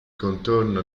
contorno